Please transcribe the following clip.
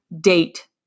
date